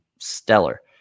stellar